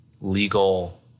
legal